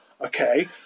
Okay